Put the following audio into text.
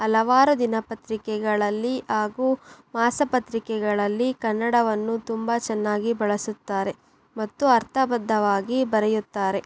ಹಲವಾರು ದಿನಪತ್ರಿಕೆಗಳಲ್ಲಿ ಹಾಗೂ ಮಾಸಪತ್ರಿಕೆಗಳಲ್ಲಿ ಕನ್ನಡವನ್ನು ತುಂಬ ಚೆನ್ನಾಗಿ ಬಳಸುತ್ತಾರೆ ಮತ್ತು ಅರ್ಥಬದ್ದವಾಗಿ ಬರೆಯುತ್ತಾರೆ